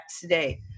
today